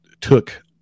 took